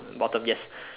bottom yes